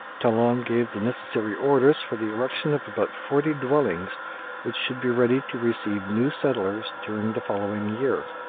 talon gave the necessary orders for the erection of about forty dwellings which should be ready to receive new settlers during the following year.